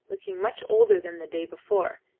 looking much older than the day before,